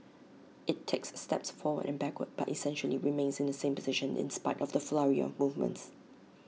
IT takes steps forward and backward but essentially remains in the same position in spite of the flurry of movements